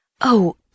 Oh